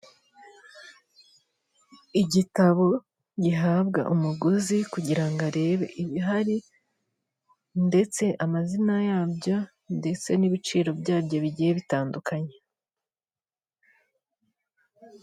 Igitabo gihabwa umuguzi kugira ngo arebe ibihari ndetse amazina yabyo ndetse n'ibiciro byabyo bigiye bitandukanye.